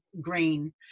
grain